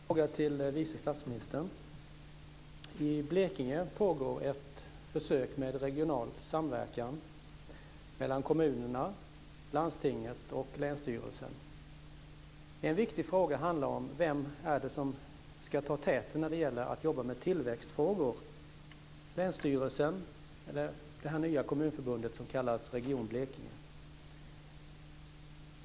Herr talman! Jag har en fråga till vice statsministern. I Blekinge pågår ett försök med regional samverkan mellan kommunerna, landstinget och länsstyrelsen. En viktig fråga handlar om vem som ska ta täten när det gäller att jobba med tillväxtfrågor. Är det länsstyrelsen eller det nya kommunförbundet som kallas Region Blekinge?